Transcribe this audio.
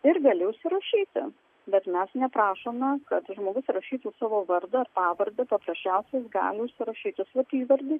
ir gali užsirašyti bet mes neprašome kad žmogus rašytų savo vardą ar pavardę paprasčiausiai gali užsirašyti slapyvardį